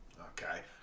Okay